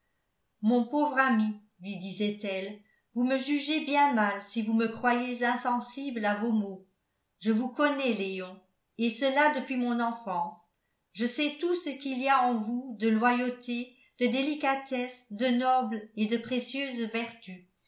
mon pauvre ami lui disait-elle vous me jugez bien mal si vous me croyez insensible à vos maux je vous connais léon et cela depuis mon enfance je sais tout ce qu'il y a en vous de loyauté de délicatesse de nobles et de précieuses vertus